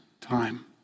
time